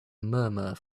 murmur